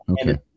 okay